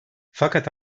fakat